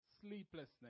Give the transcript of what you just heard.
sleeplessness